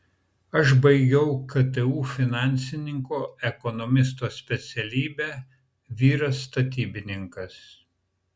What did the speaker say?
aš baigiau ktu finansininko ekonomisto specialybę vyras statybininkas